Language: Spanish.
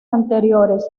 anteriores